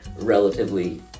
relatively